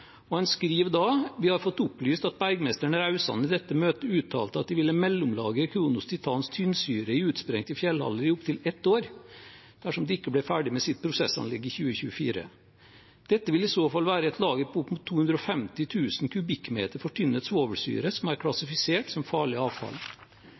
da: Vi har fått opplyst at Bergmesteren Raudsand i dette møtet utalte at de ville mellomlagre Kronos Titans tynnsyre i utsprengte fjellhaller i opp til ett år dersom de ikke ble ferdig med sitt prosessanlegg i 2024. Dette vil i så fall være et lager på opp mot 250 000 m 3 fortynnet svovelsyre, som er